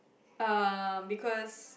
um because